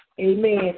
amen